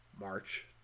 March